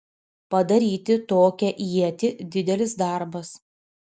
padaryti tokią ietį didelis darbas